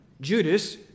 Judas